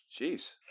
Jeez